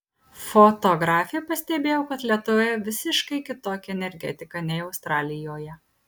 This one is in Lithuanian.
fotografė pastebėjo kad lietuvoje visiškai kitokia energetika nei australijoje